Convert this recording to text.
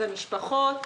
זה משפחות.